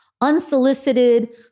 unsolicited